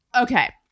Okay